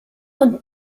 und